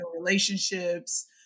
relationships